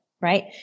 right